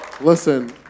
listen